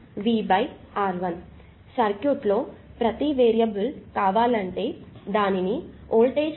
కాబట్టి సర్క్యూట్లో ప్రతి వేరియబుల్ కావాలంటే దానిని వోల్టేజ్ అంతటా V అని చెప్పవచ్చు